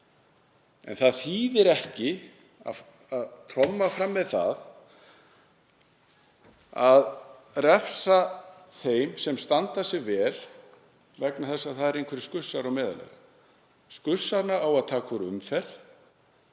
En það þýðir ekki að tromma fram með það að refsa þeim sem standa sig vel vegna þess að það eru einhverjir skussar á meðal þeirra. Skussana á að taka úr umferð.